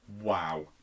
Wow